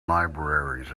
libraries